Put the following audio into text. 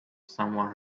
someone